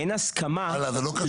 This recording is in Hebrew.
אין הסכמה --- זה לא קשור לעכשיו.